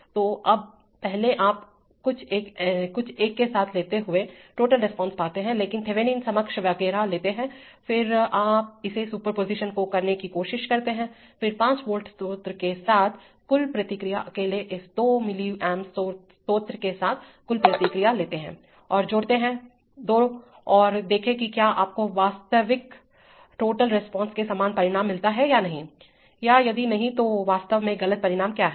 तो अब पहले आप सब कुछ एक साथ लेते हुए टोटल रिस्पांस पाते हैं लेकिन थेवेनिन समकक्ष वगैरह लेते हुए फिर आप इस सुपरपोजीशन को करने की कोशिश करते हैं इस 5 वोल्ट स्रोत के साथ कुल प्रतिक्रिया अकेले इस 2 मिलीएम्प स्रोतों के साथ कुल प्रतिक्रिया लेते हैं और जोड़ते हैं दो और देखें कि क्या आपको वास्तविकटोटल रिस्पांस के समान परिणाम मिलता है या नहीं या यदि नहीं तो वास्तव में गलत परिणाम क्या है